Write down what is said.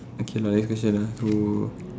okay lah next question ah so